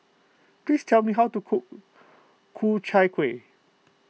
please tell me how to cook Ku Chai Kueh